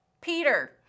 Peter